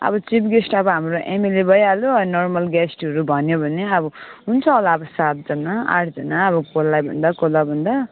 अब chief guest अब हाम्रो एमएलए भइहाल्यो नर्मल गेस्टहरू भन्यो भने अब हुन्छ होला अब सातजना आठजना अब कसलाई भन्दा कसलाई भन्दा